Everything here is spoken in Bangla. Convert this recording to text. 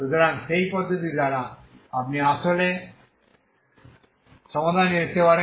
সুতরাং সেই পদ্ধতি দ্বারা আপনি আসলে সমাধানটি দেখতে পারেন